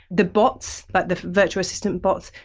the bots, but the virtual assistant bots,